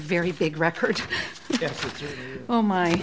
very big record oh my